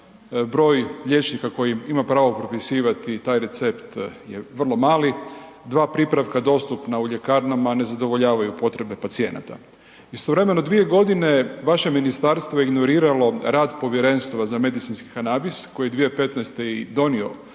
broj liječnika koji ima pravo propisivati taj recept je vrlo mali, dva pripravka dostupna u ljekarna ne zadovoljavaju potrebe pacijenata. Istovremeno dvije je godine vaše ministarstvo ignoriralo rad Povjerenstva za medicinski kanabis koji je 2015. i donio